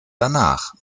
danach